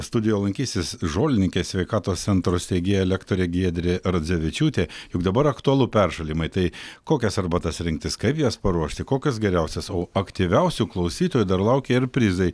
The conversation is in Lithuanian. studijoje lankysis žolininkė sveikatos centro steigėja lektorė giedrė radzevičiūtė juk dabar aktualu peršalimai tai kokias arbatas rinktis kaip jas paruošti kokios geriausios o aktyviausių klausytojų dar laukia ir prizai